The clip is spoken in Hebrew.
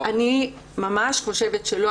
אני ממש חושבת שלא.